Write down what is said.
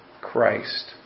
Christ